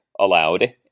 allowed